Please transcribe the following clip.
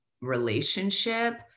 relationship